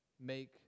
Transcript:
make